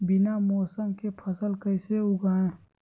बिना मौसम के फसल कैसे उगाएं?